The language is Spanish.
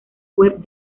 web